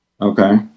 okay